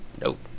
nope